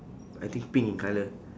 I think pink in colour